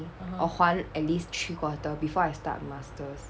or 还 at least three quarter before I start master's